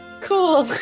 Cool